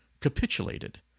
capitulated